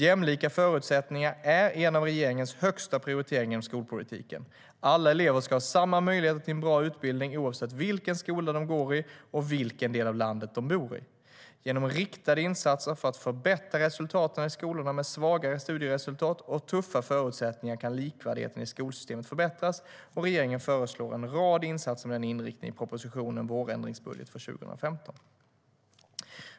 Jämlika förutsättningar är en av regeringens högsta prioriteringar inom skolpolitiken. Alla elever ska ha samma möjligheter till en bra utbildning, oavsett vilken skola de går i och vilken del av landet de bor i. Genom riktade insatser för att förbättra resultaten i skolorna med svaga studieresultat och tuffa förutsättningar kan likvärdigheten i skolsystemet förbättras. Regeringen föreslår en rad insatser med denna inriktning i propositionen Vårändringsbudget för 2015 .